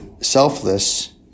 selfless